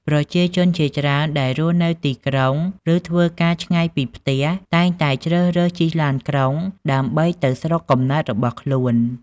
ប្រជាជនជាច្រើនដែលរស់នៅទីក្រុង ឬធ្វើការឆ្ងាយពីផ្ទះតែងតែជ្រើសរើសជិះឡានក្រុង ដើម្បីទៅស្រុកកំណើតរបស់ខ្លួន។